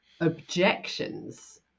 objections